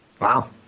Wow